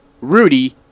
Rudy